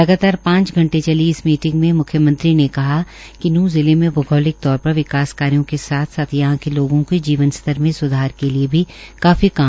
लगातार पांच घंटे चली इस मीटिंग में मुख्यमंत्री ने कहा कि नूंह जिले में भौगोलिक तौर पर विकास कार्यो के साथ साथ यहां के लोगों के जीवनस्तर में सुधार के लिए भी काफी काम किए जाने की आवश्यकता है